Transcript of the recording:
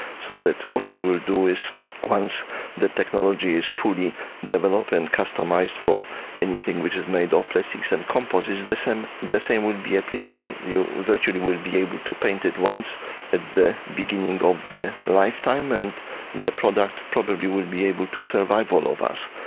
so that what we will do is once the technology is fully developed and customised for anything which is made of plastics and composites, the same the same would be applicable, you virtually will be able to paint it once at the beginning of the lifetime and the product probably will be able to survive all of us.